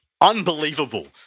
Unbelievable